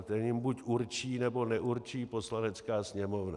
Ten jim buď určí, nebo neurčí Poslanecká sněmovna.